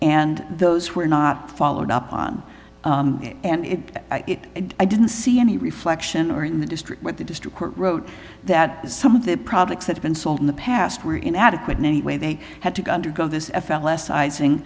and those were not followed up on and if i didn't see any reflection or in the district with the district court wrote that some of the products that been sold in the past were inadequate in any way they had to undergo this f l s izing